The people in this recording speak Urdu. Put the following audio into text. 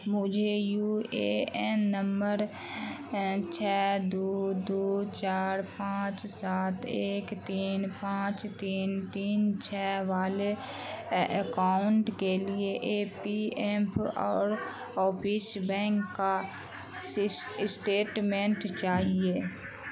مجھے یو اے این نمبر چھ دو دو چار پانچ سات ایک تین پانچ تین تین چھ والے اکاؤنٹ کے لیے اے پی ایمف اور اوپیش بینک کا اسٹیٹمنٹ چاہیے